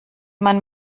man